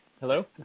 Hello